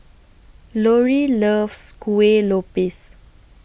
Loree loves Kueh Lopes